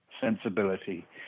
sensibility